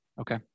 Okay